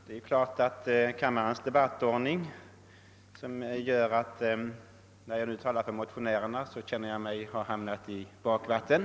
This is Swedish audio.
Herr talman! Kammarens debattordning gör att när jag nu talar för motionärerna så känner jag mig ha hamnat i bakvatten.